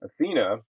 Athena